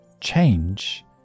change